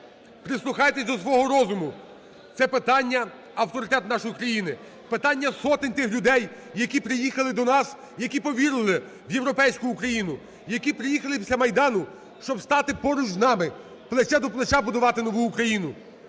прислухайтесь до свого розуму. Це питання авторитету нашої країни, питання сотень тих людей, які приїхали до нас, які повірили в європейську Україну, які приїхали після Майдану, щоб стати поруч з нами плече до плеча, будувати нову Україну.